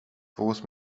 volgens